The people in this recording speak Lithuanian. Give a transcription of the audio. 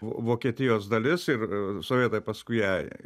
vokietijos dalis ir sovietai paskui ją